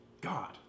God